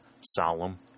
solemn